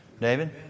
David